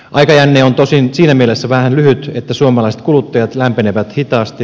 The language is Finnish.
aikajänne on tosin siinä mielessä vähän lyhyt että suomalaiset kuluttajat lämpenevät hitaasti